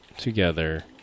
Together